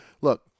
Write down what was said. look